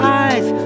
eyes